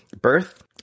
birth